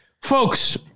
Folks